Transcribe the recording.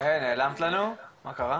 --- נעלמת לנו, מה קרה?